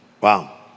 Wow